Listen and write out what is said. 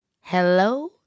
hello